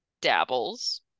dabbles